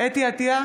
חוה אתי עטייה,